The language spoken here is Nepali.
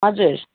हजुर